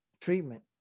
treatment